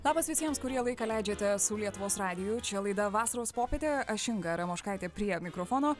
labas visiems kurie laiką leidžiate su lietuvos radiju laida vasaros popietė aš inga ramoškaitė prie mikrofono